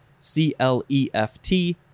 c-l-e-f-t